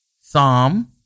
Psalm